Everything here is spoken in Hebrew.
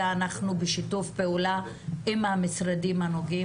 ואנחנו בשיתוף פעולה עם המשרדים הנוגעים